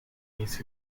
his